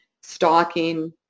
stalking